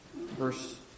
verse